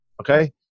okay